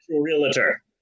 realtor